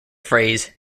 phrase